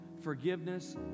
forgiveness